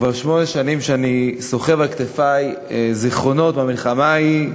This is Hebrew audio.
כבר שמונה שנים אני סוחב על כתפי זיכרונות מהמלחמה ההיא,